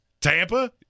Tampa